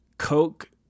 Coke